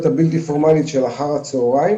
במסגרת הבלתי פורמאלית של אחר הצהריים.